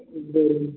બરાબર